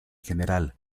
general